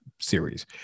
series